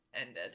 ended